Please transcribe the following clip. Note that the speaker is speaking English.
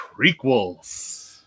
prequels